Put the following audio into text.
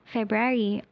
February